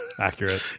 Accurate